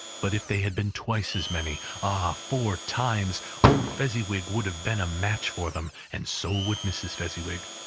but if they had been twice as many ah, four times old fezziwig would have been a match for them, and so would mrs. fezziwig.